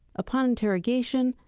upon interrogation,